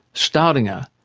staudinger,